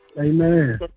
Amen